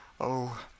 Oh